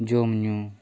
ᱡᱚᱢ ᱧᱩ